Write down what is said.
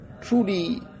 truly